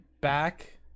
back